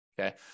okay